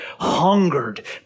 hungered